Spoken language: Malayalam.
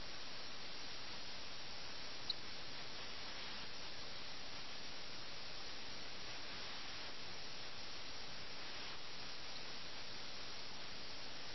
എന്നാൽ അവർക്ക് അത് ജീവിതമായി മാറുന്നു അത് ഒരു മികച്ച ഒഴിഞ്ഞ് മാറൽ ഗെയിമായി മാറുന്നു